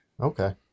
Okay